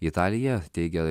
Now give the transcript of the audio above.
italija teigia